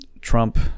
Trump